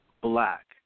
black